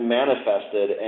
manifested